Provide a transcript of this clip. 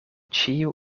ĉiu